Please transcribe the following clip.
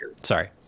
sorry